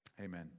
Amen